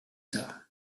tard